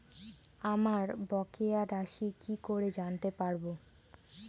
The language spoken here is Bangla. আমার বকেয়া রাশি কি করে জানতে পারবো?